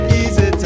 easy